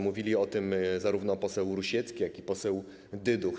Mówili o tym zarówno poseł Rusiecki, jak i poseł Dyduch.